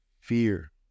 fear